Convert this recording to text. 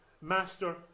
Master